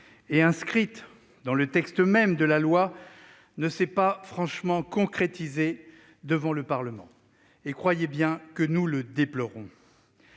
et inscrite dans la loi elle-même ne s'est pas franchement concrétisée devant le Parlement. Croyez bien que nous le déplorons.